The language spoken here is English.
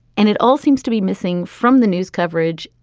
and it all seems to be missing from the news coverage.